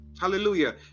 Hallelujah